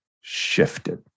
shifted